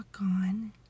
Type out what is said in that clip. on